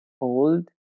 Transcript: hold